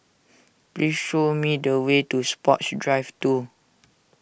please show me the way to Sports Drive two